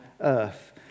earth